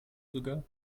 sogar